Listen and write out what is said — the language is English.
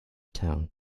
town